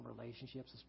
relationships